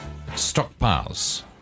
Stockpiles